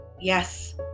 Yes